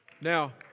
Now